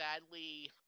sadly